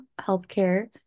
healthcare